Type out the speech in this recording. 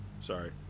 Sorry